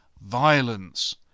violence